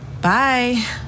Bye